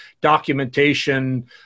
documentation